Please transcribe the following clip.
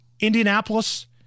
Indianapolis